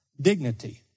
dignity